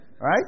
Right